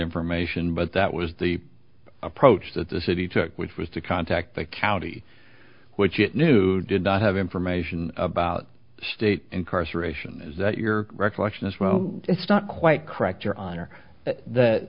information but that was the approach that the city took which was to contact the county which you knew did not have information about state incarceration is that your recollection as well it's not quite correct your honor th